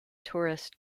tourist